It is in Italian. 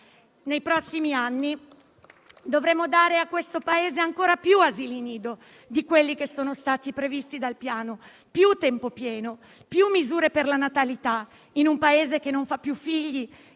Nei prossimi anni dovremo dare al Paese ancora più asili nido di quelli previsti dal Piano, più tempo pieno, più misure per la natalità, in un Paese che non fa più figli